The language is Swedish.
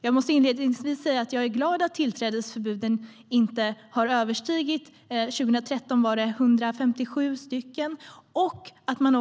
Jag måste säga att jag är glad att tillträdesförbuden inte har överstigit 157 stycken, som de var